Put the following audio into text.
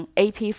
ap